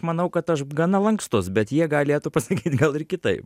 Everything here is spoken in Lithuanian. manau kad aš gana lankstus bet jie galėtų pasakyt gal ir kitaip